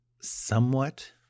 somewhat